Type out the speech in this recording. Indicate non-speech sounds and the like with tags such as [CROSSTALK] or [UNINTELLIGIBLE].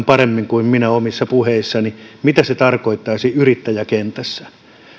[UNINTELLIGIBLE] paremmin kuin minä omissa puheissani kuvata tämän problematiikan mitä se tarkoittaisi yrittäjäkentässä kun